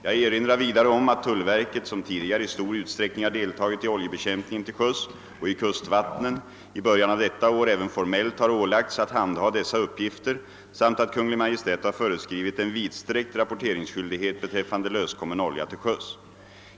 Jag erinrar vidare om att tullverket, som tidigare i stor utsträckning har deltagit i oljebekämpningen till sjöss och i kustvattnen, i början av detta år även formellt har ålagts att handha dessa uppgifter samt att Kungl. Maj:t har föreskrivit en vidsträckt rapporteringsskyldighet beträffande löskommen olja till sjöss.